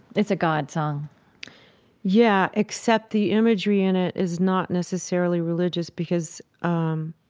it's a god song yeah, except the imagery in it is not necessarily religious, because, um,